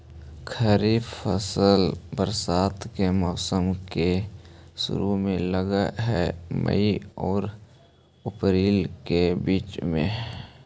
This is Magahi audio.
खरीफ फसल बरसात के मौसम के शुरु में लग हे, मई आऊ अपरील के बीच में